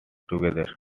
together